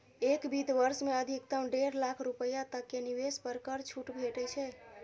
एक वित्त वर्ष मे अधिकतम डेढ़ लाख रुपैया तक के निवेश पर कर छूट भेटै छै